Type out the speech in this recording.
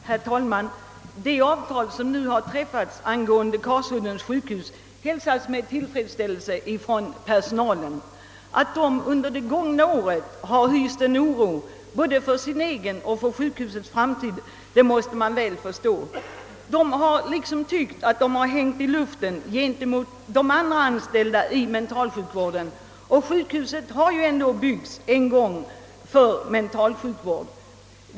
Herr talman! Det avtal som nu träffats angående Karsuddens sjukhus hälsas med tillfredsställelse av personalen. Att de anställda under det gångna året hyst oro för både sin egen och sjukhusets framtid är förståeligt. De har tyckt att de hängt i luften i förhållande till andra anställda inom mentalsjukvården. Och sjukhuset byggdes ändå en gång just för mentalsjukvård.